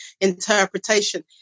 interpretation